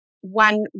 One